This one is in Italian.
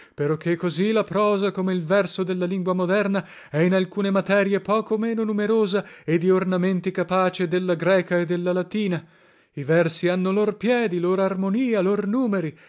peroché così la prosa come il verso della lingua moderna è in alcune materie poco meno numerosa e di ornamenti capace della greca e della latina i versi hanno lor piedi lor armonia lor numeri